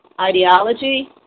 ideology